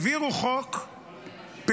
העבירו חוק פרסונלי,